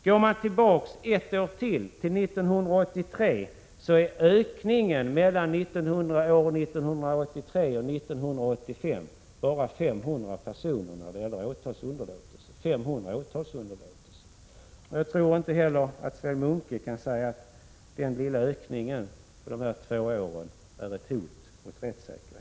Går man tillbaka till 1983, kan man konstatera att antalet åtalsunderlåtelser ökade med 500 mellan 1983 och 1985. Jag tror inte heller att Sven Munke kan säga att den lilla ökningen under dessa två år utgör ett hot mot rättssäkerheten.